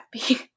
happy